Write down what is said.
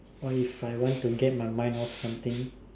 or if I want to get my mind off something